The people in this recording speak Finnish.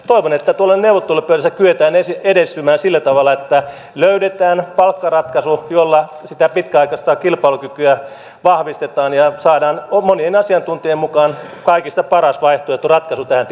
toivon että tuolla neuvottelupöydässä kyetään edistymään sillä tavalla että löydetään palkkaratkaisu jolla sitä pitkäaikaista kilpailukykyä vahvistetaan ja saadaan monien asiantuntijoiden mukaan kaikista paras vaihtoehto ratkaisu tähän tilanteeseen